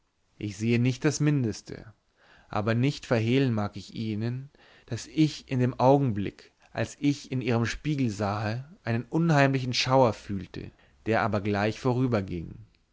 ich sehe nicht das mindeste aber nicht verhehlen mag ich ihnen daß ich in dem augenblick als ich in ihren spiegel sahe einen unheimlichen schauer fühlte der aber gleich vorüberging